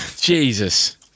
Jesus